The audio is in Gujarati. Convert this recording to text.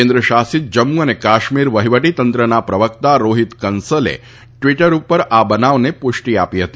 કેન્દ્ર શાસિત જમ્મુ અને કાશ્મીર વહીવટી તંત્રના પ્રવક્તા રોહિત કંસલે ટ્વીટર ઉપર આ બનાવને પુષ્ટિ આપી હતી